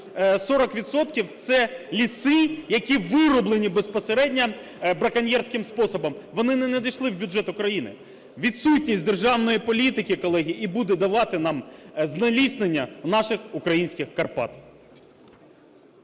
– це ліси, які вирублені безпосередньо браконьєрським способом, вони не надійшли в бюджет України. Відсутність державної політики, колеги, і буде давати нам знеліснення наших українських Карпат.